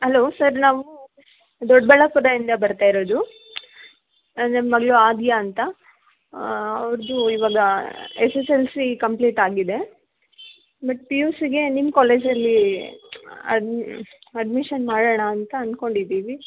hello sir ನಾವು ದೊಡ್ಡಬಳ್ಳಾಪುರದಿಂದ ಬರ್ತಾಯಿರೋದು ನಮ್ಮ ಮಗಳು ಆದ್ಯಾ ಅಂತ ಅವ್ರದು ಇವಾಗ S S L C complete ಆಗಿದೆ ಬಟ್ ಪಿ ಯು ಸಿಗೆ ನಿಮ್ಮ ಕಾಲೇಜಲ್ಲಿ ಅಡ್ ಅಡ್ಮಿಷನ್ ಮಾಡೋಣ ಅಂತ ಅಂದ್ಕೊಂಡಿದ್ದೀವಿ